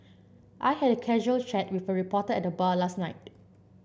I had casual chat with a reporter at the bar last night